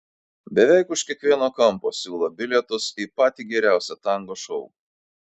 beveik už kiekvieno kampo siūlo bilietus į patį geriausią tango šou